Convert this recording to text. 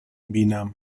بینم